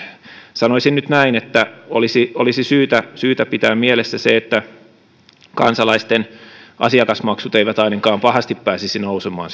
sanoisin nyt näin että olisi olisi syytä syytä pitää mielessä se että kansalaisten asiakasmaksut eivät ainakaan pahasti pääsisi nousemaan